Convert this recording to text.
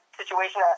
situation